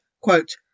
quote